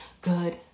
good